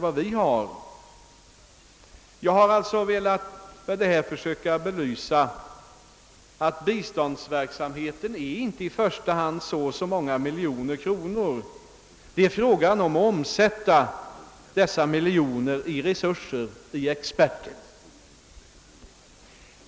Med det anförda har jag velat belysa att biståndsverksamheten inte i första hand gäller så och så många miljoner kronor utan att det är fråga om att omsätta miljonerna i resurser, i experter.